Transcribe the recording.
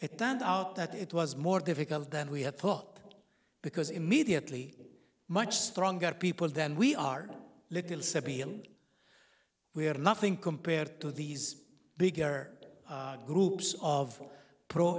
it turned out that it was more difficult than we had thought because immediately much stronger people than we are little said we are nothing compared to these bigger groups of pro